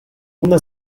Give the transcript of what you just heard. una